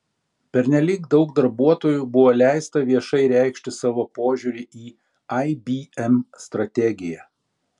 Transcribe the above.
pernelyg daug darbuotojų buvo leista viešai reikšti savo požiūrį į ibm strategiją